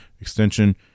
extension